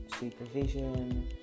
supervision